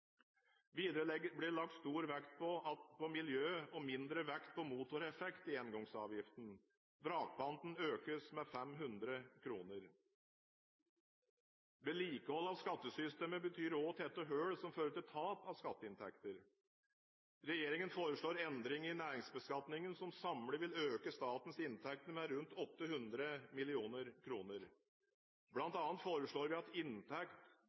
Videre blir det lagt stor vekt på miljø og mindre vekt på motoreffekt i engangsavgiften. Vrakpanten økes med 500 kr. Vedlikehold av skattesystemet betyr også å tette hull som fører til tap av skatteinntekter. Regjeringen foreslår endringer i næringsbeskatningen, som samlet vil øke statens inntekter med rundt 800 mill. kr. Blant annet foreslår vi at inntekt